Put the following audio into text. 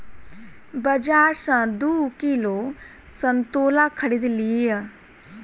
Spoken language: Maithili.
बाजार सॅ दू किलो संतोला खरीद लिअ